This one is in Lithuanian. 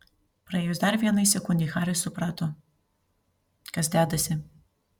praėjus dar vienai sekundei haris suprato kas dedasi